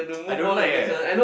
I don't like eh